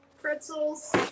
pretzels